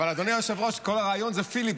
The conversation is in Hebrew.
אבל, אדוני היושב-ראש, כל הרעיון שזה פיליבסטר.